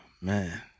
man